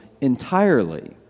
entirely